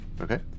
okay